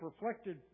reflected